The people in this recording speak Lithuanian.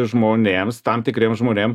žmonėms tam tikriem žmonėm